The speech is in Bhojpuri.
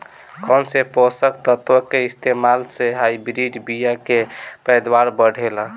कौन से पोषक तत्व के इस्तेमाल से हाइब्रिड बीया के पैदावार बढ़ेला?